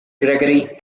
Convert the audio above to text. gregory